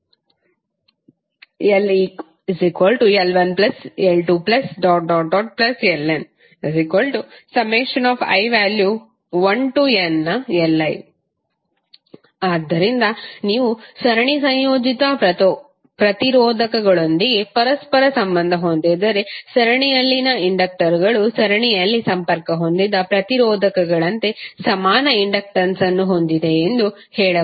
LeqL1L2Lni1nLi ಆದ್ದರಿಂದ ನೀವು ಸರಣಿ ಸಂಯೋಜಿತ ಪ್ರತಿರೋಧಕಗಳೊಂದಿಗೆ ಪರಸ್ಪರ ಸಂಬಂಧ ಹೊಂದಿದ್ದರೆ ಸರಣಿಯಲ್ಲಿನ ಇಂಡಕ್ಟರುಗಳು ಸರಣಿಯಲ್ಲಿ ಸಂಪರ್ಕ ಹೊಂದಿದ ಪ್ರತಿರೋಧಕಗಳಂತೆಯೇ ಸಮಾನ ಇಂಡಕ್ಟನ್ಸ್ ಅನ್ನು ಹೊಂದಿರುತ್ತವೆ ಎಂದು ಹೇಳಬಹುದು